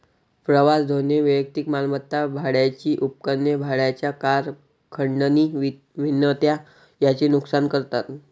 प्रवास धोरणे वैयक्तिक मालमत्ता, भाड्याची उपकरणे, भाड्याच्या कार, खंडणी विनंत्या यांचे नुकसान करतात